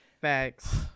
facts